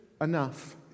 enough